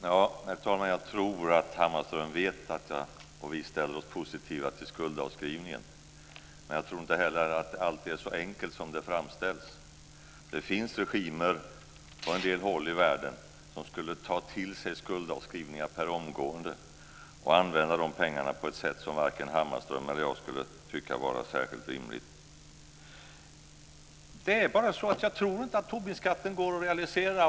Herr talman! Jag tror att Hammarström vet att vi ställer oss positiva till skuldavskrivningen. Men jag tror inte att det alltid är så enkelt som det framställs. Det finns regimer på en del håll i världen som skulle ta till sig skuldavskrivningar per omgående och använda de pengarna på ett sätt som varken Hammarström eller jag skulle tycka var särskilt rimligt. Det är bara så att jag inte tror att Tobinskatten går att realisera!